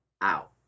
out